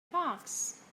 fox